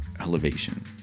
elevation